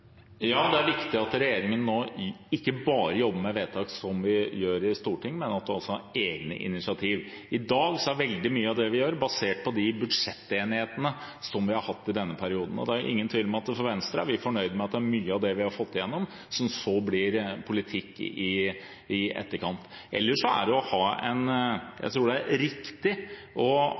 Ja, det er viktig at regjeringen nå ikke bare jobber med vedtak som vi fatter i Stortinget, men at den også tar egne initiativ. I dag er veldig mye av det vi gjør, basert på budsjettenigheten vi har hatt i denne perioden. Det er ingen tvil om at i Venstre er vi fornøyd med at det er mye av det vi har fått igjennom, som så blir politikk i etterkant. Jeg tror det er riktig å ha en samordning med EU. Fra vår side mener vi også at det ikke bare handler om å